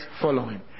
following